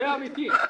זה האמיתי.